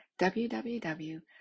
www